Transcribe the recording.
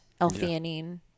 L-theanine